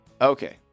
Okay